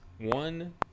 one